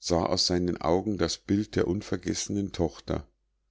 sah aus seinen augen das bild der unvergessenen tochter